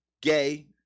gay